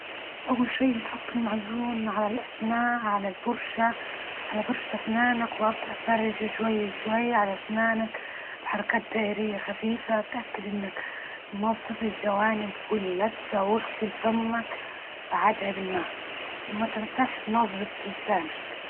أول شي تحط المعجون على الأسنان، على الفرشة، على فرشة أسنانك، وأبدأ فرش شوي- شوي على سنانك بحركات دائرية خفيفة. تأكد إنك تنظف الجوانب واللثة وأغسل فمك بعدها بالماء، وما تنساش تنظف لسانك.